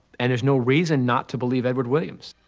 and there's no reason not to believe edward williams.